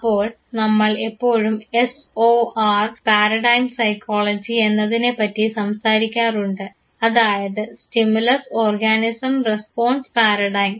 അപ്പോൾ നമ്മൾ എപ്പോഴും S O R paradigm psychology എന്നതിനെപ്പറ്റി സംസാരിക്കാറുണ്ട് അതായത് സ്റ്റിമുലസ് ഓർഗാനിസം റെസ്പോൺസ് പാരഡൈം